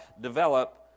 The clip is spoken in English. develop